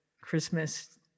Christmas